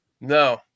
No